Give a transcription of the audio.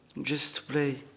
just to play.